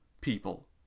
people